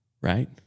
right